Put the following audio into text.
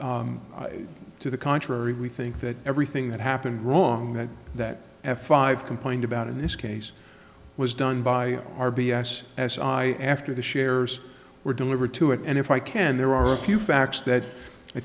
to the contrary we think that everything that happened wrong that that have five complained about in this case was done by r b s as i after the shares were delivered to it and if i can there are a few facts that i